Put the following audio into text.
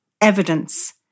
evidence